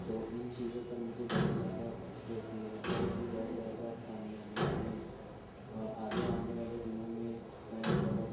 تو ان چیزوں پر مجھے بہت زیاہ خوشی ہوتی ہے اور بھی بہت زیادہ کامیابیاں ہیں اور آگے آنے والے دنوں میں میں بہت